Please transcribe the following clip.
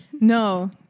no